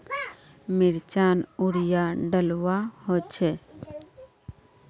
मिर्चान यूरिया डलुआ होचे?